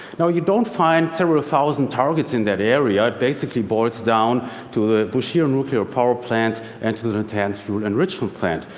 now you don't find several thousand targets in that area. it basically boils down to the bushehr nuclear power plant and to the natanz fuel enrichment plant.